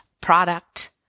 product